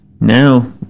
Now